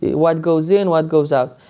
what goes in, what goes out.